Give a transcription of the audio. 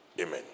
Amen